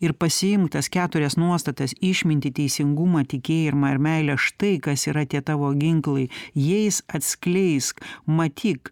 ir pasiimk tas keturias nuostatas išmintį teisingumą tikėjimą ir meilę štai kas yra tie tavo ginklai jais atskleisk matyk